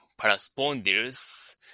paraspondyls